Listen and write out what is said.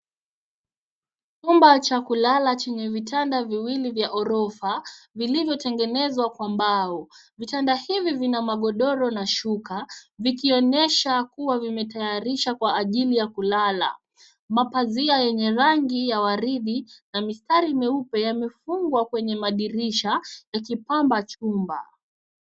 Chumba cha kulala chenye vitanda viwili vya ghorofa vilivyotegenezwa kwa mbao. Vitanda hivi vina magodoro na shuka vikionyesha kuwa vimetayarisha kwa ajili ya kulala ,mapazia yenye rangi ya waridi na mistari meupe yamefungwa kwenye madirisha yakipamba chumba.